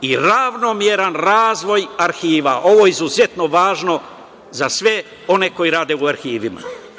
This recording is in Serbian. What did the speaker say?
i ravnomeran razvoj arhiva. Ovo je izuzetno važno za sve one koji rade u arhivama. Nadalje,